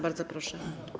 Bardzo proszę.